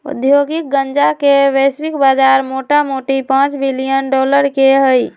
औद्योगिक गन्जा के वैश्विक बजार मोटामोटी पांच बिलियन डॉलर के हइ